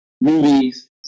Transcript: movies